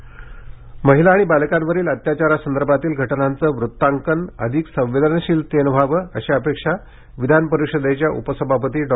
नीलम गोन्हे महिला आणि बालकांवरील अत्याचारासंदर्भातील घटनांचे वृत्तांकन अधिक संवेदनशीलतेने व्हावे अशी अपेक्षा विधानपरिषदेच्या उपसभापती डॉ